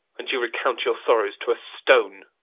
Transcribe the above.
and you recount your sorrows to a stone.